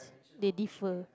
they differ